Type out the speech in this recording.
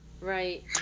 Right